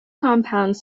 compounds